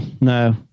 no